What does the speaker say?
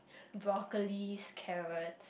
broccoli carrots